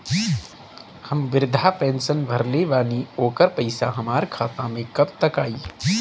हम विर्धा पैंसैन भरले बानी ओकर पईसा हमार खाता मे कब तक आई?